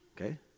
Okay